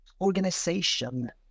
organization